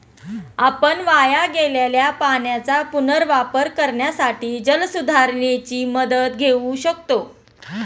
आपण वाया गेलेल्या पाण्याचा पुनर्वापर करण्यासाठी जलसुधारणेची मदत घेऊ शकतो